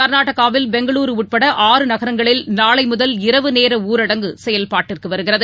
கா்நாடகாவில் பெங்களூரூ உட்பட ஆறு நகரங்களில் நாளைமுதல் இரவு நேரஊரடங்கு செயல்பாட்டுக்குவருகிறது